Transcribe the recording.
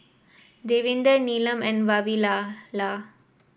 Davinder Neelam and Vavilala